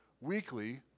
weekly